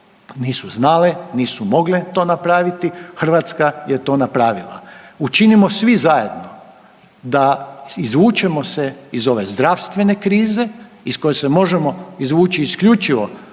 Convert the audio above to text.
nisu znale, nisu mogle to napraviti, Hrvatska je to napravila. Učinimo svi zajedno da izvučemo se iz ove zdravstvene krize iz koje se možemo izvući isključivo